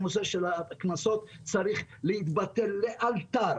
הנושא של הקנסות צריך להתבטל לאלתר.